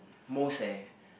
most eh